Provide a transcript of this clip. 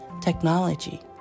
technology